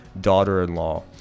daughter-in-law